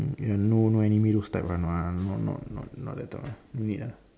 and no no looks tight one what not not not that type no need ah